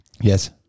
Yes